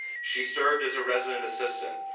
she served as a resident assistant,